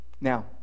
now